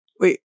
wait